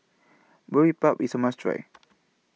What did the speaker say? Boribap IS A must Try